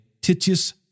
Titius